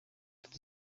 duto